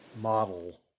model